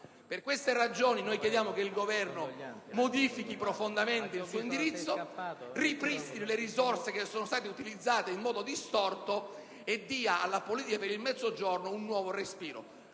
di quanto argomentato chiediamo che il Governo modifichi profondamente il suo indirizzo, ripristini le risorse utilizzate in modo distorto e dia alla politica per il Mezzogiorno un nuovo respiro.